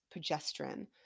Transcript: progesterone